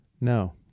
No